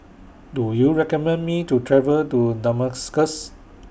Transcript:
Do YOU recommend Me to travel to Damascus